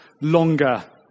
longer